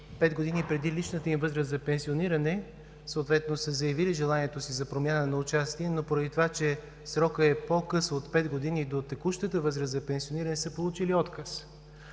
пет години преди личната им възраст за пенсиониране, съответно за заявили желанието си за промяна на участие, но поради това, че срокът е по-къс от пет години до текущата възраст за пенсиониране, са получили отказ.